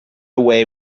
away